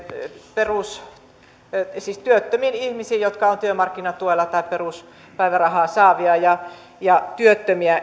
siis työttömiin ihmisiin jotka ovat työmarkkinatuella tai peruspäivärahaa saavia ja ja työttömiä